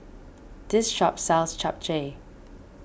this shop sells Japchae